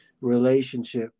relationship